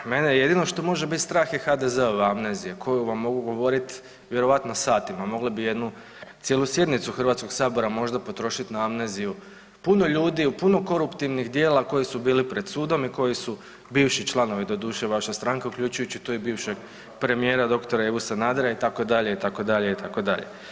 Pa kolega mene jedino što može biti strah je HDZ-ova amnezija koju vam mogu govoriti vjerojatno satima, mogli bi jednu cijelu sjednicu Hrvatskog sabora možda potrošiti na amneziju puno ljudi u puno koruptivnih djela koji su bili pred sudom i koji su bivši članovi doduše vaše stranke uključujući tu i bivšeg premijera dr. Ivu Sanader itd., itd., itd.